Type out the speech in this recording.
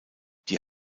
die